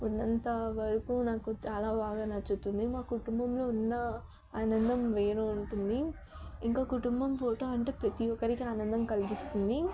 ఉన్నంత వరకు నాకు చాలా బాగా నచ్చుతుంది మా కుటుంబంలో ఉన్న ఆనందం వేరుగా ఉంటుంది ఇంకా కుటుంబం ఫోటో అంటే ప్రతి ఒక్కరికి ఆనందం కలిగిస్తుంది